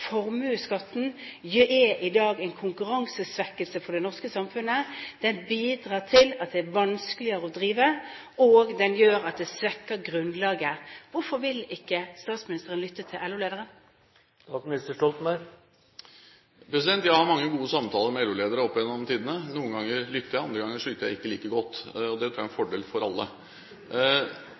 Formuesskatten er i dag en konkurransesvekkelse for det norske samfunnet. Den bidrar til at det er vanskeligere å drive, og den svekker grunnlaget. Hvorfor vil ikke statsministeren lytte til LO-lederen? Jeg har hatt mange gode samtaler med LO-ledere opp gjennom tidene. Noen ganger lytter jeg, andre ganger lytter jeg ikke like godt, og det tror jeg er en fordel for alle.